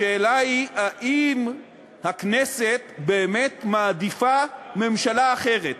השאלה היא האם הכנסת באמת מעדיפה ממשלה אחרת,